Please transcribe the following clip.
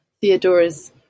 Theodora's